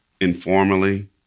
informally